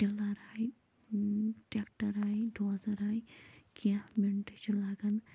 tiller آیہِ tractor آیہِ dozer آیہِ کیٚنٛہہ مِنٛٹٕے چھِ لَگان